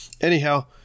Anyhow